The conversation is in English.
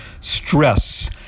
stress